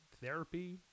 therapy